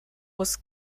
was